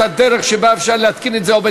על כן, עמדת הממשלה היא להתנגד להצעת החוק.